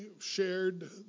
shared